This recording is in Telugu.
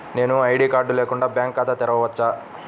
నేను ఐ.డీ కార్డు లేకుండా బ్యాంక్ ఖాతా తెరవచ్చా?